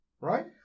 right